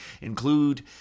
include